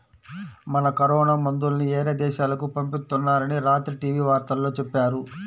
మన కరోనా మందుల్ని యేరే దేశాలకు పంపిత్తున్నారని రాత్రి టీవీ వార్తల్లో చెప్పారు